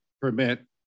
permit